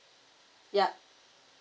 yup